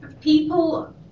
People